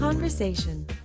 Conversation